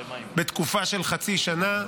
לתקופה של חצי שנה,